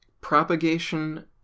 propagation